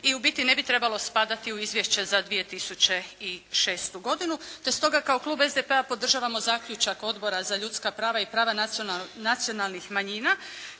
i u biti ne bi trebalo spadati u izvješće za 2006. godinu. Te stoga kao Klub SDP-a podržavamo zaključak Odbora za ljudska prava i prava nacionalnih manjina